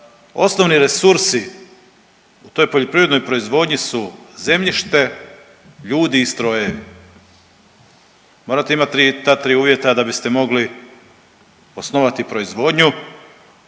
Osnovni resursi u toj poljoprivrednoj proizvodnji su zemljište, ljudi i strojevi, morate imati ta tri uvjeta da biste mogli osnovati proizvodnju,